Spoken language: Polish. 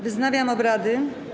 Wznawiam obrady.